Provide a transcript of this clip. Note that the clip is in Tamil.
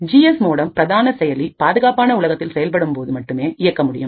ஜி எஸ் எம் மோடம் பிரதான செயலி பாதுகாப்பான உலகத்தில் செயல்படுத்தப்படும் போது மட்டுமே இயக்க முடியும்